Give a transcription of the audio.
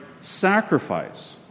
sacrifice